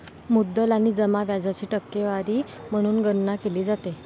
मुद्दल आणि जमा व्याजाची टक्केवारी म्हणून गणना केली जाते